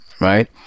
right